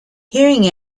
hearing